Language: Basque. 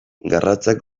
garratzak